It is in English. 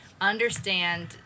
understand